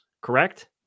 correct